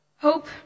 Hope